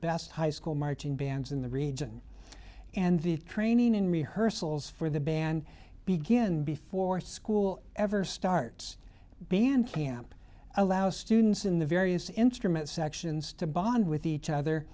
best high school marching bands in the region and the training in rehearsals for the band begin before school ever starts being camp allow students in the various instruments sections to bond with each other